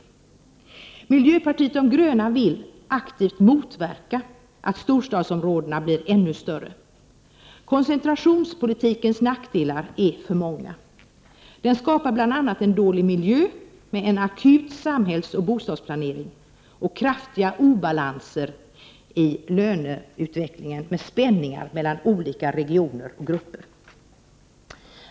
Miljöpartiet de gröna vill aktivt motverka att storstadsområdena blir ännu större. Koncentrationspolitikens nackdelar är alltför många. Den skapar bl.a. en dålig miljö med en ”akut” samhällsoch bostadsplanering och kraftiga obalanser i löneutvecklingen med spänningar mellan olika regioner och grupper.